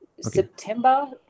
September